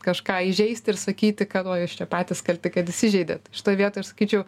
kažką įžeisti ir sakyti kad oi jūs čia patys kalti kad įsižeidėt šitoj vietoj aš sakyčiau